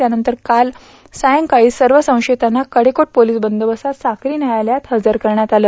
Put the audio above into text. त्यांनंतर काल सायंकाळी सर्व संशयितांना कडेकोट पोलीस बंदोबस्तात साक्री न्यायालयात इजर करण्यात आलं